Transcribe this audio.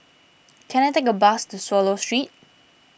can I take a bus to Swallow Street